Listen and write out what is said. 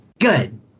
good